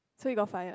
so you got fired